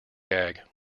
gag